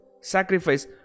sacrifice